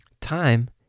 Time